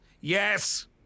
Yes